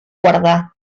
guardar